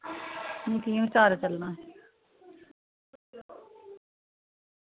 हू'न कि'यां बचार चलना